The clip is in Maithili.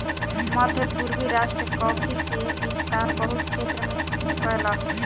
मध्य पूर्वी राष्ट्र कॉफ़ी के विस्तार बहुत क्षेत्र में कयलक